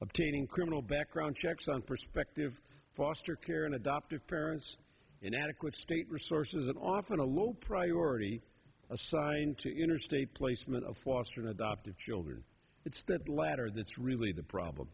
obtaining criminal background checks on perspective foster care and adoptive parents and adequate state resources and often a low priority assigned to interstate placement of foster and adoptive children it's that latter that's really the problem